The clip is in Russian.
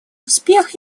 успех